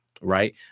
right